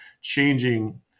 changing